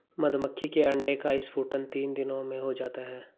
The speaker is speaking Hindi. मधुमक्खी के अंडे का स्फुटन तीन दिनों में हो जाता है